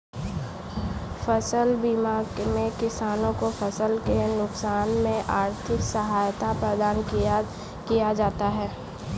फसल बीमा में किसानों को फसल के नुकसान में आर्थिक सहायता प्रदान किया जाता है